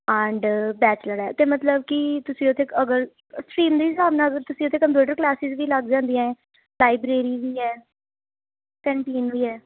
and bachelor ਹੈ ਅਤੇ ਮਤਲਬ ਕਿ ਤੁਸੀਂ ਉੱਥੇ ਅਗਰ ਸੀਨ ਦੇ ਹਿਸਾਬ ਨਾਲ ਤੁਸੀਂ ਉੱਥੇ ਕੰਪਿਊਟਰ ਕਲਾਸਿਸ ਵੀ ਲੱਗ ਜਾਂਦੀਆਂ ਲਾਈਬ੍ਰੇਰੀ ਵੀ ਹੈ ਕੈਨਟੀਨ ਵੀ ਹੈ